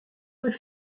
would